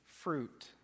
fruit